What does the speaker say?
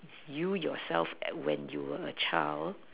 you yourself at when you were a child